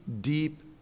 deep